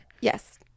Yes